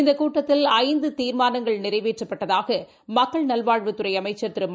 இந்தகூட்டத்தில் ஐந்துதீாமானங்கள் நிறைவேற்றப்பட்டதாகமக்கள் நல்வாழ்வுத்துறைஅமைச்சா் திரு மா